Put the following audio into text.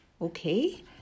Okay